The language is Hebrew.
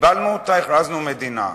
וקיבלנו אותה, והכרזנו על מדינה.